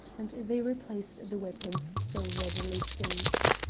and they replaced the weapons so readily staged.